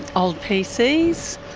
old pcs,